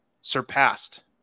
surpassed